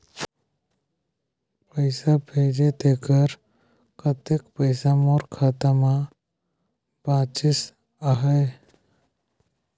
पइसा भेजे तेकर कतेक पइसा मोर खाता मे बाचिस आहाय?